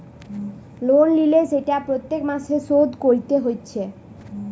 loan লিলে সেটা প্রত্যেক মাসে শোধ কোরতে হচ্ছে